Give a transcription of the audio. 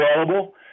available